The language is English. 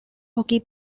hockey